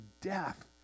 death